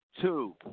two